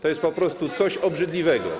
To jest po prostu coś obrzydliwego.